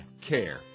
care